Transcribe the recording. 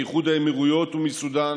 מאיחוד האמירויות ומסודאן